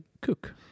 Cook